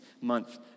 month